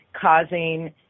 causing